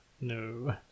No